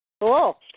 Cool